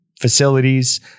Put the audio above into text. facilities